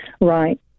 Right